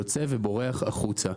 יוצא ובורח החוצה.